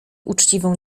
uczciwą